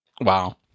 Wow